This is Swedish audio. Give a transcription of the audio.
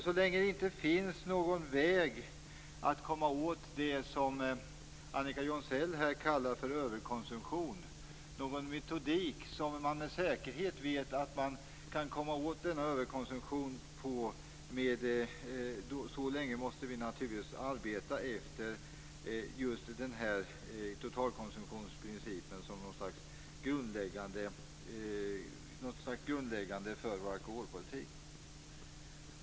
Så länge det inte finns någon väg eller metodik för att med säkerhet komma åt det som Annika Jonsell här kallar för överkonsumtion, så länge måste vi arbeta efter totalkonsumtionsprincipen som det grundläggande för vår alkoholpolitik.